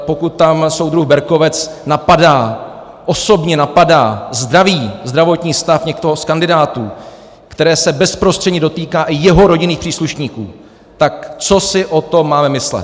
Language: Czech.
Pokud tam soudruh Berkovec napadá, osobně napadá, zdraví, zdravotní stav, někoho z kandidátů, které se bezprostředně dotýká i jeho rodinných příslušníků, tak co si o tom máme myslet?